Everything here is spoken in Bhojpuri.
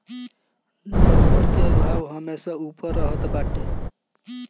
डॉलर कअ भाव हमेशा उपर ही रहत बाटे